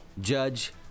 judge